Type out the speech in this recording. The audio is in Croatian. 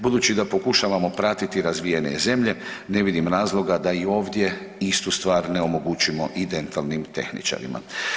Budući da pokušavamo pratiti razvijene zemlje ne vidim razloga da i ovdje istu stvar ne omogućimo i dentalnim tehničarima.